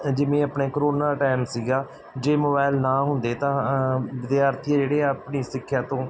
ਜਿਵੇਂ ਆਪਣੇ corona time ਸੀਗਾ ਜੇ ਮੋਬਾਇਲ ਨਾ ਹੁੰਦੇ ਤਾਂ ਵਿਦਿਆਰਥੀ ਜਿਹੜੇ ਆਪਣੀ ਸਿੱਖਿਆ ਤੋਂ